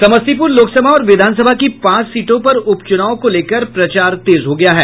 समस्तीपुर लोकसभा और विधानसभा की पांच सीटों पर उप चुनाव को लेकर प्रचार तेज हो गया है